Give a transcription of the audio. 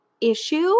issue